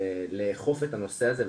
לאכוף את הנושא הזה,